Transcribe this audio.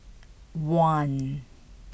one